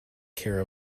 care